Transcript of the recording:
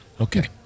Okay